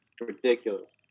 ridiculous